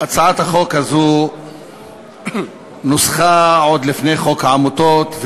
הצעת החוק הזאת נוסחה עוד לפני שחוקק חוק העמותות,